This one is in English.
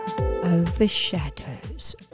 Overshadows